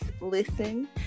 Listen